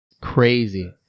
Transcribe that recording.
crazy